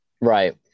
Right